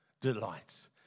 delights